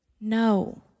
No